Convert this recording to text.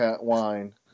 wine